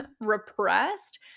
repressed